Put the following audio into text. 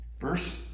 Verse